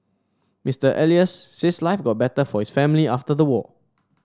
Mister Elias says life got better for his family after the war